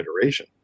iteration